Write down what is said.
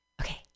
okay